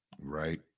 Right